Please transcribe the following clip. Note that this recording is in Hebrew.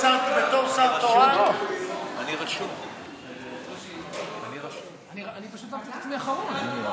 אני רשמתי את עצמי אחרון.